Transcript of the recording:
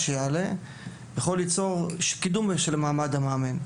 יעלה יכולה ליצור קידום של מעמד המאמן,